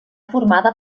formada